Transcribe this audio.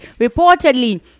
reportedly